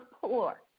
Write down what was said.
poor